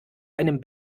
einem